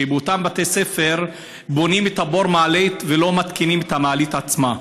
ובאותם בתי ספר בונים את פיר המעלית ולא מתקינים את המעלית עצמה.